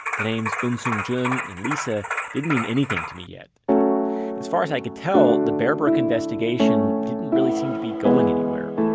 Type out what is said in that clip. the names eunsoon jun and lisa didn't mean anything to me yet as far as i could tell, the bear brook investigation didn't really seem to be going anywhere.